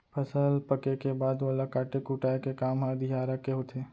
फसल पके के बाद ओला काटे कुटाय के काम ह अधियारा के होथे